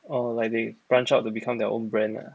or like they branch out to become their own brand ah